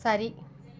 சரி